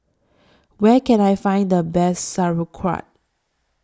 Where Can I Find The Best Sauerkraut